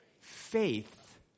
Faith